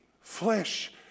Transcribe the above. flesh